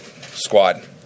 squad